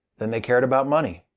than they cared about money.